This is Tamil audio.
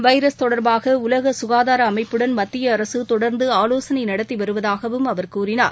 வைரஸ் தொடர்பாக உலக சுனதார அமைப்புடன் மத்திய அரசு தொடர்ந்து ஆலோசனை நடத்தி வருவதாகவும் அவர் கூறினார்